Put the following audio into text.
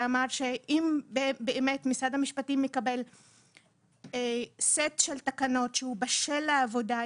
שאמר שאם משרד המשפטים יקבל סט של תקנות בשל לעבודה,